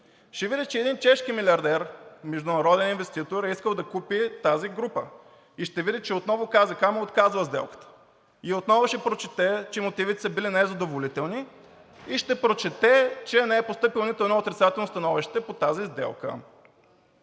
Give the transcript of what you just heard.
ще види, че един чешки милиардер, международен инвеститор, е искал да купи тази група и ще види, че отново Комисията за защита на конкуренцията му отказва сделката и отново ще прочете, че мотивите са били незадоволителни, и ще прочете, че не е постъпило нито едно отрицателно становище по тази сделка.